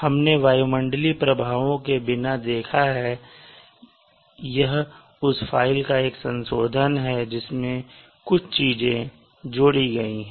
हमने वायुमंडलीय प्रभावों के बिना देखा हैं यह उस फ़ाइल का एक संशोधन है जिसमें कुछ चीजें जोड़ी गई हैं